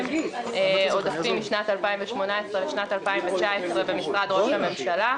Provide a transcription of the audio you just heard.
עודפים משנת 2018 לשנת 2019 במשרד ראש הממשלה.